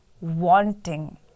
wanting